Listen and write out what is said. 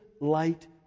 light